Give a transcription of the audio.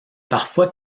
parfois